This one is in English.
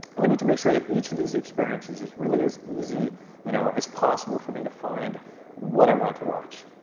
we need to make sure that each of these experiences is really as easy you know as possible for me to find what i want to watch.